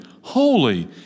holy